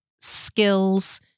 skills